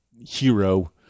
hero